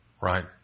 right